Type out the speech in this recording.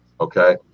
Okay